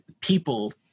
people